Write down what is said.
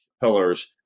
pillars